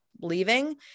leaving